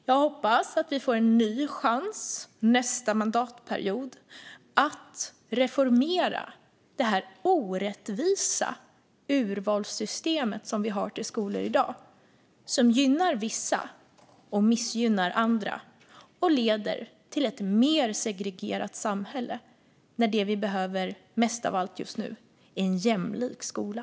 Jag hoppas att vi nästa mandatperiod får en ny chans att reformera det orättvisa urvalssystem för skolor som vi har i dag, som gynnar vissa och missgynnar andra och som leder till ett mer segregerat samhälle när det vi behöver mest av allt är en jämlik skola.